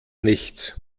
nichts